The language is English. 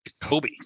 Kobe